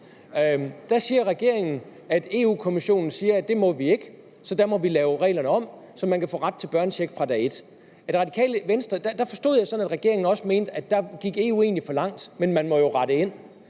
Der siger regeringen, at Europa-Kommissionen siger, at det må vi ikke, så der må vi lave reglerne om, så man kan få ret til børnecheck fra dag et. Der forstod jeg det sådan, at regeringen også mente, at der gik EU egentlig for langt, men at man jo måtte rette ind.